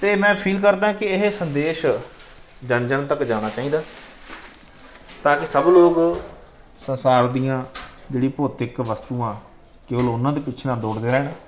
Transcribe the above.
ਅਤੇ ਮੈਂ ਫੀਲ ਕਰਦਾ ਕਿ ਇਹ ਸੰਦੇਸ਼ ਜਨ ਜਨ ਤੱਕ ਜਾਣਾ ਚਾਹੀਦਾ ਤਾਂ ਕਿ ਸਭ ਲੋਕ ਸੰਸਾਰ ਦੀਆਂ ਜਿਹੜੀ ਭੌਤਿਕ ਵਸਤੂਆਂ ਕੇਵਲ ਉਹਨਾਂ ਦੇ ਪਿੱਛੇ ਨਾ ਦੌੜਦੇ ਰਹਿਣ